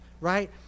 Right